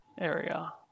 area